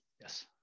Yes